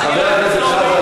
חבר הכנסת חזן.